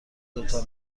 دوتا